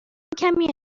کمی